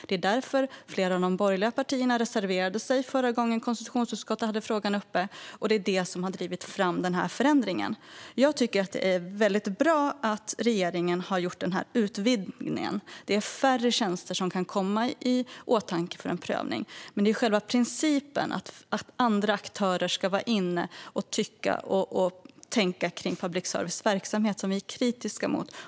Det är därför flera av de borgerliga partierna reserverade sig förra gången konstitutionsutskottet hade frågan uppe. Det är också detta som har drivit fram denna förändring. Det är väldigt bra att regeringen har gjort den här utvidgningen. Färre tjänster kan nu komma i åtanke för en prövning. Men det är själva principen om att andra aktörer ska tycka till om public services verksamhet som vi är kritiska mot.